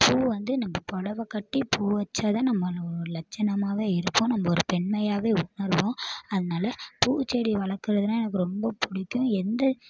பூ வந்து நம்ப புடவ கட்டி பூ வச்சாதான் நம்மலாம் ஒரு லட்சணமாகவே இருப்போம் நம்ப ஒரு பெண்மையாகவே உணருவோம் அதனால பூச்செடி வளர்க்குறதுனா எனக்கு ரொம்ப பிடிக்கும் எந்த